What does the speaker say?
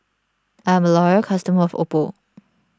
I'm a loyal customer of Oppo